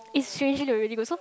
it's originally already good so